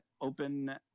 open –